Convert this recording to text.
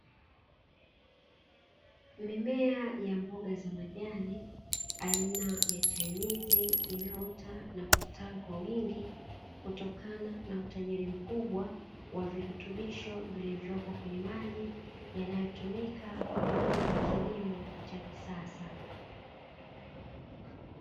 Mimea ya mboga za majani aina ya chainizi imeota na kustawi kwa wingi, kutokana na utajiri mkubwa wa virutubisho vilivyopo kwenye maji yanayotumika kwaajili ya kiimo cha kisasa.